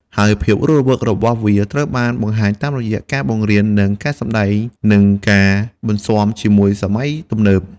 ហើយភាពរស់រវើករបស់វាត្រូវបានបង្ហាញតាមរយៈ ការបង្រៀននិងការសម្តែង និងការបន្ស៊ាំជាមួយសម័យទំនើប។